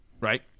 right